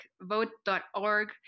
vote.org